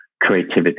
creativity